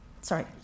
Sorry